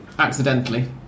Accidentally